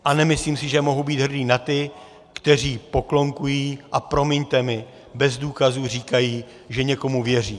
A nemyslím si, že mohu být hrdý na ty, kteří poklonkují, a promiňte mi, bez důkazů říkají, že někomu věří.